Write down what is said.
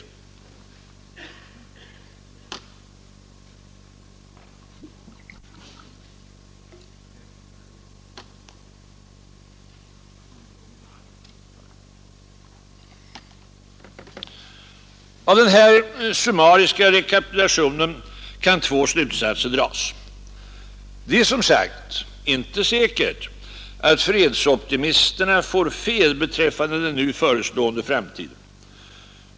Av den här summariska rekapitulationen kan två slutsatser dras. Det är som sagt inte säkert att fredsoptimisterna får fel beträffande den nu förestående framtiden.